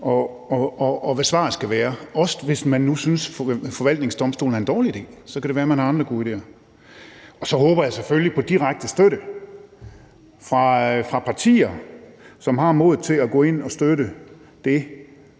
og hvad svaret skal være, også hvis man nu synes, en forvaltningsdomstol er en dårlig idé; så kan det være, man har andre gode idéer. Og så håber jeg selvfølgelig på direkte støtte fra partier, som har modet til at gå ind at støtte det